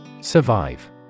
Survive